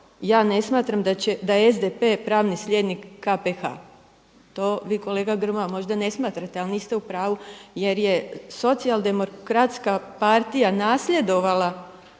ja ne smatram da je SDP pravni slijednik KPH. To vi kolega Grmoja možda ne smatrate ali niste u pravu. Jer je Socijaldemokratska partija nasljedovala